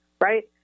Right